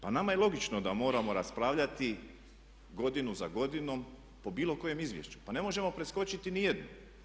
Pa nama je logično da moramo raspravljati godinu za godinom po bilo kojem izvješću, pa ne možemo preskočiti ni jednu.